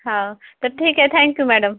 हो तर ठीक आहे थॅंक्यू मॅडम